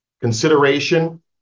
consideration